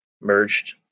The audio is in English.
merged